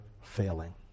failing